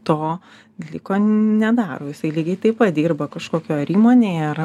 to dalyko nedaro jisai lygiai taip pat dirba kažkokioj ar įmonėj ar